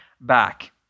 back